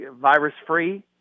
virus-free